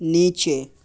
نیچے